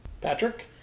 Patrick